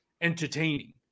entertaining